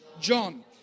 John